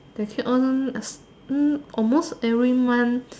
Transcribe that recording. they keep on us um almost every month